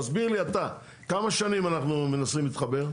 תסביר לי אתה כמה שנים אנחנו מנסים להתחבר?